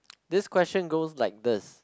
this question goes like this